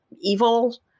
evil